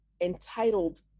entitled